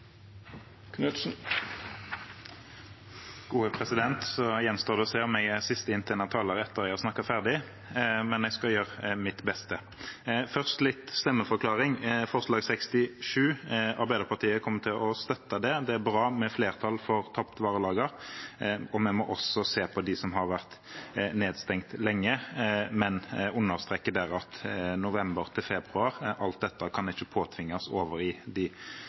gjenstår å se om jeg er sist inntegnede taler etter at jeg har snakket ferdig. Jeg skal gjøre mitt beste. Først litt stemmeforklaring: Forslag nr. 67 kommer Arbeiderpartiet til å støtte. Det er bra med flertall for tapt varelager. Vi må også se på dem som har vært nedstengt lenge, men understreker der at når det gjelder november–februar, kan ikke alt dette tvinges over i de